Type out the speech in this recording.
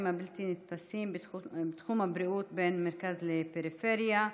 הבלתי-נתפסים בתחום הבריאות בין המרכז לפריפריה,